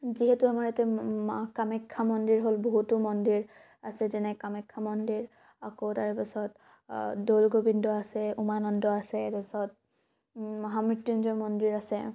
যিহেতু আমাৰ ইয়াতে মা কামাখ্যা মন্দিৰ হ'ল বহুতো মন্দিৰ আছে যেনে কামাখ্যা মন্দিৰ আকৌ তাৰপিছত দৌল গোবিন্দ আছে উমানন্দ আছে তাৰপাছত মহা মৃত্যুঞ্জয় মন্দিৰ আছে